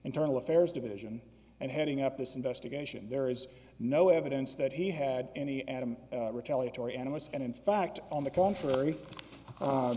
internal affairs division and heading up this investigation there is no evidence that he had any and retaliate or animists and in fact on the contrary